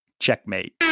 Checkmate